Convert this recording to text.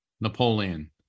Napoleon